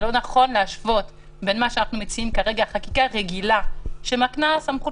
לא נכון להשוות בין מה שאנחנו מציעים כרגע חקיקה רגילה שמקנה סמכות